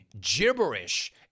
gibberish